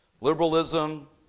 liberalism